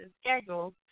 schedule